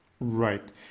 Right